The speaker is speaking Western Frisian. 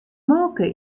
molke